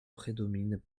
prédomine